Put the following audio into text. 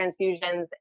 transfusions